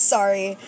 Sorry